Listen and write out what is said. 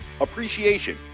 Appreciation